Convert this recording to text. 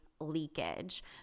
leakage